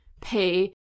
pay